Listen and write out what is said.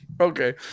okay